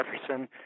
Jefferson